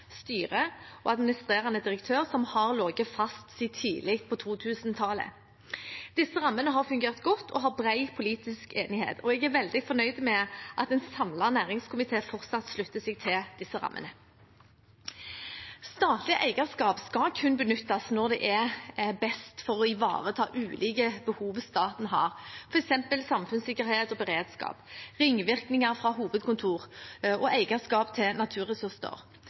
styret og administrerende direktør som har ligget fast siden tidlig på 2000-tallet. Disse rammene har fungert godt og har bred politisk tilslutning. Jeg er veldig fornøyd med at en samlet næringskomité fortsatt slutter seg til disse rammene. Statlig eierskap skal kun benyttes når det er best for å ivareta ulike behov staten har, f.eks. samfunnssikkerhet og beredskap, ringvirkninger fra hovedkontor og eierskap til naturressurser.